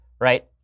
Right